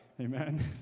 amen